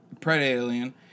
Pred-Alien